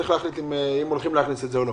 צריך להכניס אם מכניסים את זה או לא.